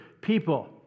people